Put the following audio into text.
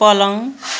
पलङ